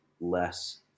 less